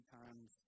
times